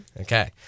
Okay